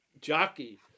jockey